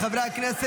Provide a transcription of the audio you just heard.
אם כן, חברי הכנסת,